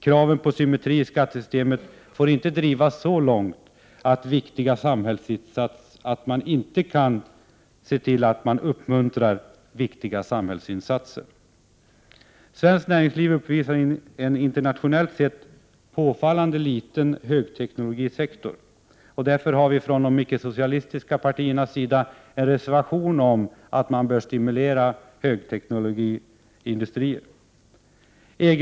Kraven på symmetri i skattesystemet får inte drivas så långt att viktiga samhällsinsatser inte kan uppmuntras. Svenskt näringsliv uppvisar en internationellt sett påfallande liten högteknologisektor. Därför har de icke-socialistiska partierna en reservation om att högteknologiindustrier bör stimuleras.